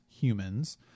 humans